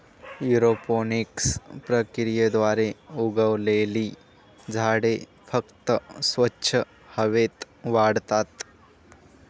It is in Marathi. एरोपोनिक्स प्रक्रियेद्वारे उगवलेली झाडे फक्त स्वच्छ हवेत वाढतात